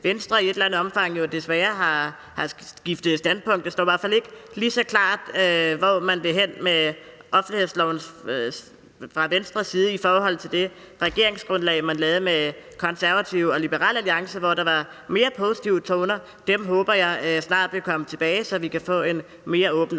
Venstre i et eller andet omfang desværre har skiftet standpunkt; det står i hvert fald ikke så klart, hvor man vil hen med offentlighedsloven fra Venstres side, i forhold til det regeringsgrundlag, man lavede med Konservative og Liberal Alliance, hvor der var mere positive toner. Jeg håber, de snart vil komme tilbage, så vi kan få en mere åben